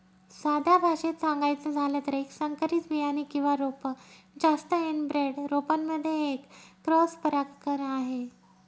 साध्या भाषेत सांगायचं झालं तर, एक संकरित बियाणे किंवा रोप जास्त एनब्रेड रोपांमध्ये एक क्रॉस परागकण आहे